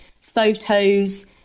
photos